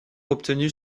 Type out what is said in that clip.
obtenu